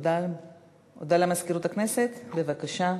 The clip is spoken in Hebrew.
הודעה למזכירות הכנסת, בבקשה.